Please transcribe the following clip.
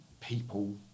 people